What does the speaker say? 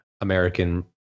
American